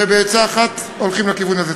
ובעצה אחת הולכים לכיוון הזה.